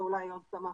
אולי מעט יותר.